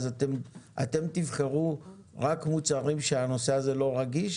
אתם תבחרו רק מוצרים שהנושא הזה לא רגיש,